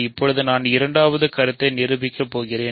இப்போது நான் இரண்டாவது கருத்தை நிரூபிக்கப் போகிறேன்